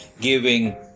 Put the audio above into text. giving